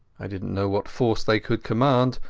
i didnat know what force they could command,